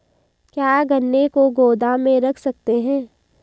क्या गन्ने को गोदाम में रख सकते हैं?